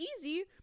easy